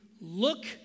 look